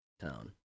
town